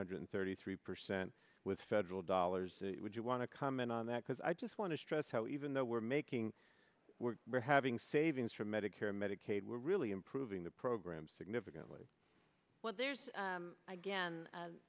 hundred thirty three percent with federal dollars would you want to comment on that because i just want to stress how even though we're making we're having savings for medicare medicaid we're really improving the program significantly well there's again a